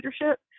leadership